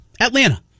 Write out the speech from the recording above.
Atlanta